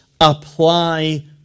apply